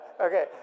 okay